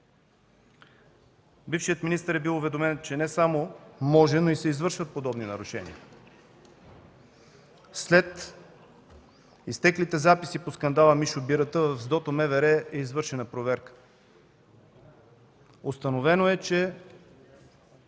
Бившият министър е бил уведомен, че не само може, но и се извършват подобни нарушения. След изтеклите записи по скандала „Мишо Бирата“ в СДОТО – МВР, е извършена проверка. Установено е, че